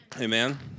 Amen